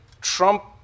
Trump